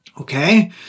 Okay